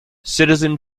citizen